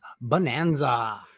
Bonanza